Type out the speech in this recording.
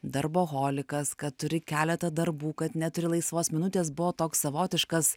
darboholikas kad turi keletą darbų kad neturi laisvos minutės buvo toks savotiškas